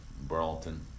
Burlington